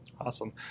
Awesome